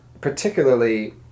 particularly